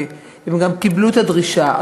והם גם קיבלו את הדרישה.